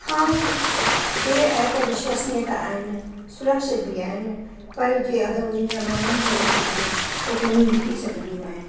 हा हीअ एप विश्वसनीय त आहिनि सुरक्षित बि आहिनि पर जीअं अगरि उन्हनि जा माण्हू ई चोर हुजनि त चोरियूं बि थी सघंदियूं आहिनि